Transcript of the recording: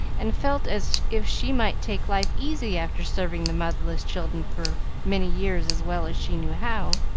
and felt as if she might take life easy after serving the motherless children for many years as well as she knew how.